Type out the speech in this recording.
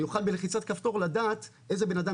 אני אוכל בלחיצת כפתור לדעת איזה בן אדם